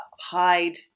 hide